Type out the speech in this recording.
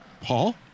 Paul